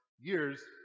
years